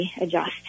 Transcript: adjust